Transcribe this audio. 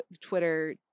Twitter